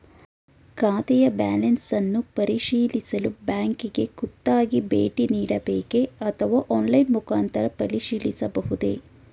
ಖಾತೆಯ ಬ್ಯಾಲೆನ್ಸ್ ಅನ್ನು ಪರಿಶೀಲಿಸಲು ಬ್ಯಾಂಕಿಗೆ ಖುದ್ದಾಗಿ ಭೇಟಿ ನೀಡಬೇಕೆ ಅಥವಾ ಆನ್ಲೈನ್ ಮುಖಾಂತರ ಪರಿಶೀಲಿಸಬಹುದೇ?